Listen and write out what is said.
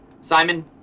Simon